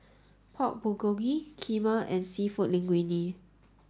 Pork Bulgogi Kheema and Seafood Linguine